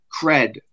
cred